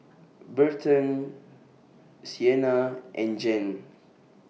Berton Sienna and Jan